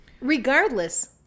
regardless